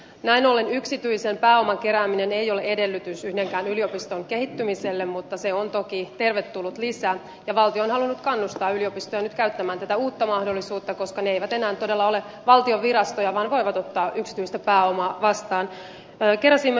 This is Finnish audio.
näin ollen yksityisen pääoman kerääminen ei ole edellytys yhdenkään yliopiston kehittymiselle mutta se on toki tervetullut lisä ja valtio on halunnut kannustaa yliopistoja nyt käyttämään tätä uutta mahdollisuutta koska ne eivät enää todella ole valtion virastoja vaan voivat ottaa yksityistä pääomaa vastaan